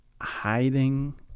hiding